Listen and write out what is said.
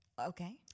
Okay